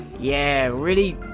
yeah! really.